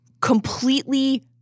completely